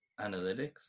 analytics